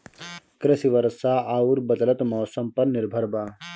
कृषि वर्षा आउर बदलत मौसम पर निर्भर बा